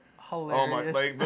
Hilarious